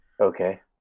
Okay